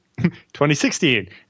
2016